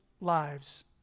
lives